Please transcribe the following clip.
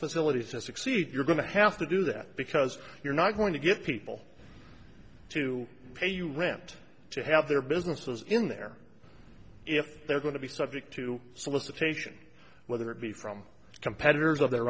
facility to succeed you're going to have to do that because you're not going to get people to pay you rent to have their businesses in there if they're going to be subject to solicitation whether it be from competitors of their